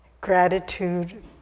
Gratitude